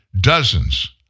Dozens